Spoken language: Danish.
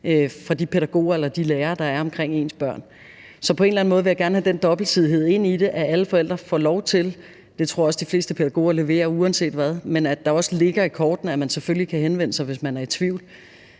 fra de pædagoger eller de lærere, der er omkring ens børn. Så på en eller anden måde vil jeg gerne have den dobbelthed ind i det, at alle forældre får lov til det – det tror jeg også de fleste pædagoger leverer uanset hvad – at det også ligger i kortene, at man selvfølgelig kan henvende sig, hvis man er i tvivl,